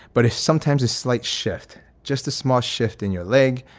but it's sometimes a slight shift, just a small shift in your leg,